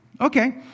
Okay